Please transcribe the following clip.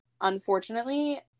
Unfortunately